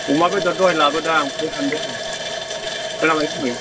अमा बेदर दहाय लाबोदों आं फोरान्दों खोनाबाय गुमै